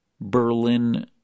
Berlin